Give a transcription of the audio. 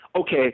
okay